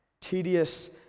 tedious